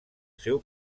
seu